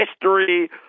history